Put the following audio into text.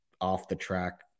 off-the-track